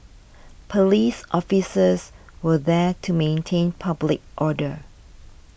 police officers were there to maintain public order